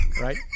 right